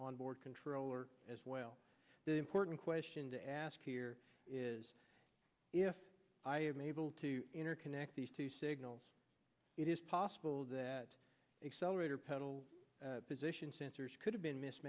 on board controller as well the important question to ask here is if i am able to interconnect these two signals it is possible that accelerator pedal position sensors could have been mis